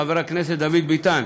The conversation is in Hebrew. חבר הכנסת דוד ביטן,